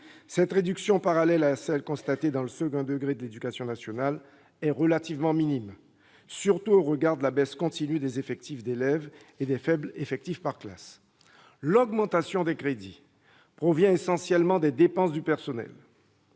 Cette réduction, parallèle à celle constatée dans le second degré de l'éducation nationale, est relativement minime, surtout au regard de la baisse continue des effectifs d'élèves et des faibles effectifs par classe. L'augmentation des crédits provient essentiellement des dépenses de personnel,